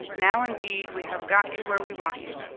now, indeed, we have got you where we want you,